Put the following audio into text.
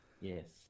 Yes